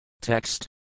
Text